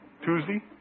Tuesday